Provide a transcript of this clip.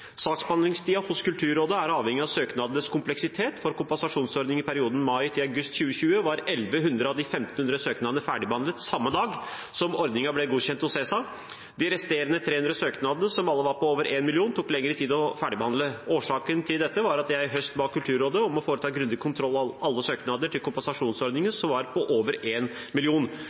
hos Kulturrådet er avhengig av søknadenes kompleksitet. For kompensasjonsordningen i perioden mai–august 2020 var 1 100 av de 1 500 søknadene ferdigbehandlet samme dag som ordningen ble godkjent hos ESA. De resterende 300 søknadene, som alle var på over 1 mill. kr, tok lengre tid å ferdigbehandle. Årsaken til dette var at jeg i høst ba Kulturrådet om å foreta en grundig kontroll av alle søknader til kompensasjonsordningen som var på over